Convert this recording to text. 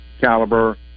caliber